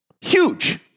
huge